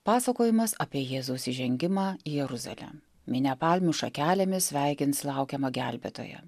pasakojimas apie jėzaus įžengimą į jeruzalę minia palmių šakelėmis sveikins laukiamą gelbėtoją